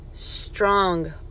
strong